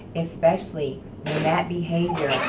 especially when that behavior